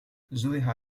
zoe